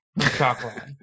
Chocolate